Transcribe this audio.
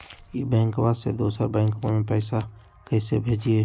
ई बैंकबा से दोसर बैंकबा में पैसा कैसे भेजिए?